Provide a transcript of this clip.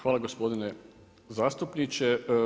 Hvala gospodine zastupniče.